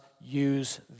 use